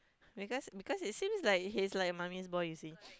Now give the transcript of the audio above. because because he seems like he's like mummy's boy you see